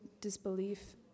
disbelief